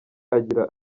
agira